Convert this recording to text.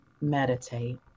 Meditate